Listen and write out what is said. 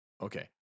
Okay